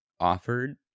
offered